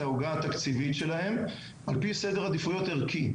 העוגה התקציבית שלהם על פי סדר עדיפויות ערכי,